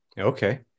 Okay